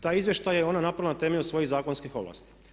Taj izvještaj je ona napravila na temelju svojih zakonskih ovlasti.